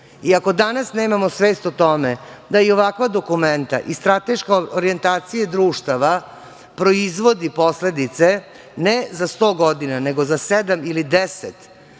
veka. Ako danas nemamo svest o tome da i ovakva dokumenta i strateška orijentacija društava proizvodi posledice, ne za sto godina, nego za sedam